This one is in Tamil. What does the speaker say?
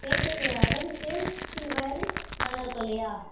டேஸ்ட்டுடைய அதாவது டேஸ்ட் வேறு நல்லா இருக்கும் இல்லையா